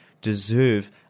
deserve